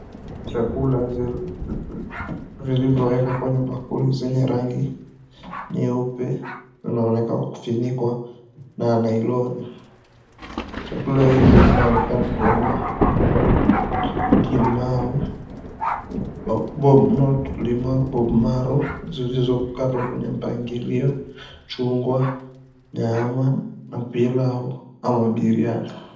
Chakula zilivyoweka kwenye bakuli zenye rangi nyeupe zinaonekana kufunikwa na nailoni. Chakula hizi zinaonekana kuwa na limau, bone marrow zilizokatwa kwenye mpangilio, chungwa, nyama na pilau ama biriani.